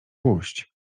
puść